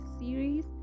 series